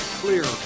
clear